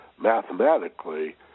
mathematically